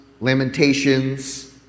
Lamentations